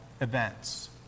events